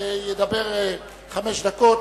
וידבר חמש דקות,